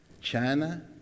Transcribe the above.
China